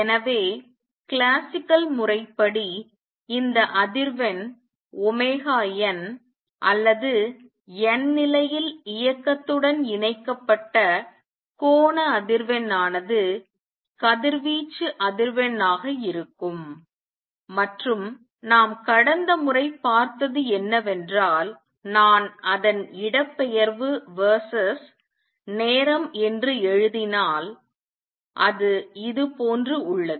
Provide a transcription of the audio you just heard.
எனவே கிளாசிக்கல் முறைப்படி இந்த அதிர்வெண் ஒமேகா n அல்லது n நிலையில் இயக்கத்துடன் இணைக்கப்பட்ட கோண அதிர்வெண் ஆனது கதிர்வீச்சு அதிர்வெண் ஆக இருக்கும் மற்றும் நாம் கடந்த முறை பார்த்தது என்னவென்றால் நான் அதன் இடப்பெயர்வு verses நேரம் என்று எழுதினால் அது இது போன்ற உள்ளது